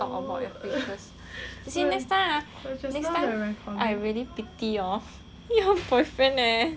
see next time ah next time I really pity orh your boyfriend leh